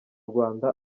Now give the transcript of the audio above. rwanda